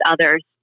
others